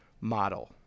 model